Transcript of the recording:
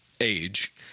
age